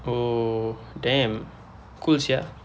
oh damn cool sia